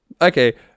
Okay